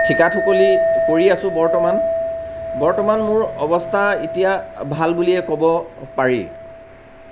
ঠিকা ঠুকলি কৰি আছো বৰ্তমান বৰ্তমান মোৰ অৱস্থা এতিয়া ভাল বুলিয়ে ক'ব পাৰি